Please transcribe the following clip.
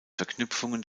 verknüpfungen